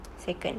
second